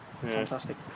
Fantastic